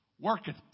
Worketh